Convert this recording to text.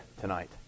tonight